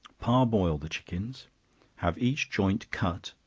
par-boil the chickens have each joint cut,